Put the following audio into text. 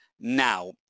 now